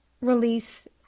release